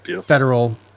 federal